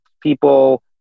people